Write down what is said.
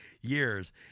years